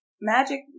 magic